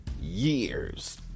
years